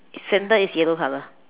center is yellow color